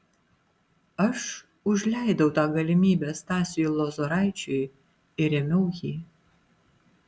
aš užleidau tą galimybę stasiui lozoraičiui ir rėmiau jį